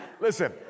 Listen